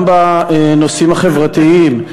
גם בנושאים החברתיים,